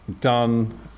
done